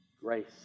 grace